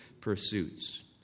pursuits